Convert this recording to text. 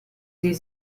sie